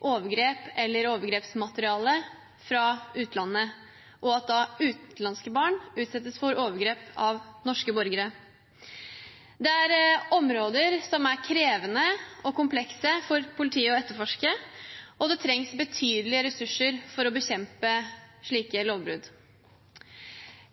overgrep eller overgrepsmateriale fra utlandet, og at utenlandske barn da utsettes for overgrep av norske borgere. Det er områder som er krevende og komplekse for politiet å etterforske, og det trengs betydelige ressurser for å bekjempe slike lovbrudd.